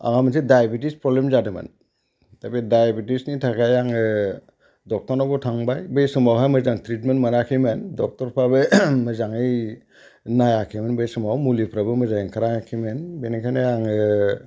आंहा मोनसे diabetes problem जादोंमोन दा बे दायबेटिसनि थाखाय आङो ड'क्टरनावबो थांबाय बे समावहाय मोजां ट्रितमेन्ट मोनाखैमोन डक्ट'रफ्राबो मोजाङै नायाखैमोन बे समाव मुलिफ्राबो मोजां ओंखाराखैमोन बेनिखायनो आङो